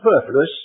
superfluous